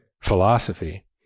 philosophy